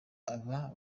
aba